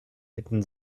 hätte